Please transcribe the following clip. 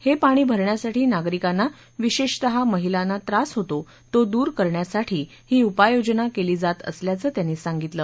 हे पाणी भरण्यासाठी नागरिकांना विशेषतः महिलांना त्रास होतो तो दुर करण्यासाठी ही उपाययोजना केली जात असल्याचं त्यांनी सांगितलं